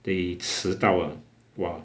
they 迟到 ah !wah!